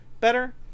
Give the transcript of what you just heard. better